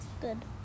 Good